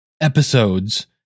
episodes